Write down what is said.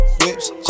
whips